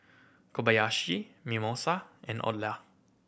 Kobayashi Mimosa and Odlo